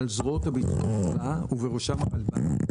על זרועותיה ובראשם הרלב"ד,